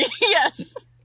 Yes